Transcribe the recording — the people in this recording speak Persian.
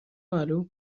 معلوم